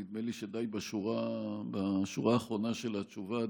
נדמה לי שדי בשורה האחרונה של התשובה,